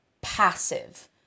passive